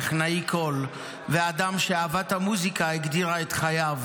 טכנאי קול ואדם שאהבת המוזיקה הגדירה את חייו.